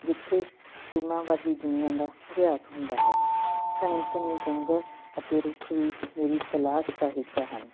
ਜਿੱਥੇ ਸੀਮਾਵਾਦੀ ਦੁਨੀਆ ਦਾ ਅਭਿਆਸ ਹੁੰਦਾ ਹੈ ਘਣੇ ਘਣੇ ਜੰਗਲ ਅਤੇ ਰੁੱਖ ਵੀ ਮੇਰੀ ਤਲਾਸ਼ ਦਾ ਹਿੱਸਾ ਹਨ